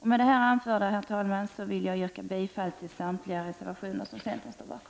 Herr talman! Med det anförda vill jag yrka bifall till samtliga reservationer som centern står bakom.